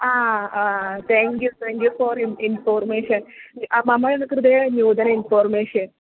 हा thank you thank you for in information मम कृते नूतनम् इन्फ़ोर्मेषन्